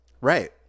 Right